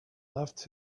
left